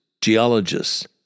geologists